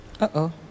Uh-oh